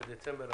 29 לדצמבר,